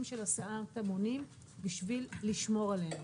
של הסעת המונים בשביל לשמור עלינו.